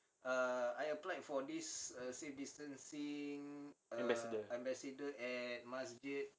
ambassador